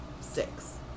six